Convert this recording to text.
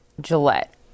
Gillette